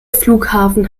flughafen